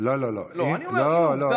לא, אני אומר עובדה.